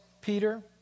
Peter